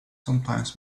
sometimes